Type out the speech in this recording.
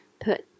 put